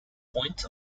point